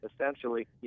essentially